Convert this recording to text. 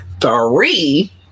three